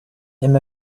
him